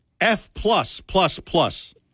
F-plus-plus-plus